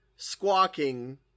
Squawking